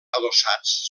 adossats